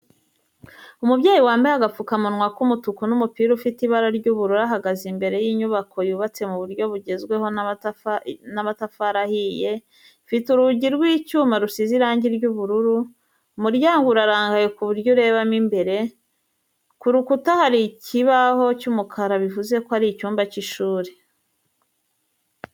Umubyeyi wambaye agapfukamunwa k'umutuku n'umupira ufite ibara ry'ubururu ahagaze imbere y'inyubako yubatse mu buryo bugezweho n'amatafari ahiye ifite urugi rw'icyuma rusize irangi ry'ubururu, umuryango urarangaye ku buryo urebamo imbere, ku rukuta hari ikibaho cy'umukara bivuze ko ari mu cyumba cy'ishuri.